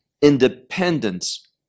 independence